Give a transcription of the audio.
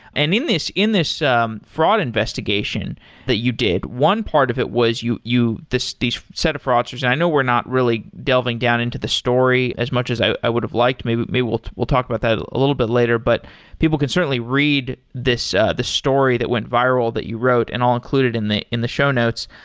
and in this in this um fraud investigation that you did, one part of it was you you these set of fraudsters, and i know we're not really delving down into the story as much as i i would've liked. maybe maybe we'll we'll talk about that a little bit later, but people can certainly read the story that went viral that you wrote, and i'll include it in the in the show notes,